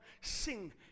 sing